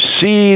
see